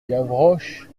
gavroche